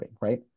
right